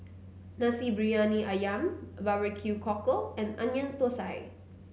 Nasi Briyani ayam Barbecue Cockle and Onion Thosai